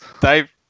Dave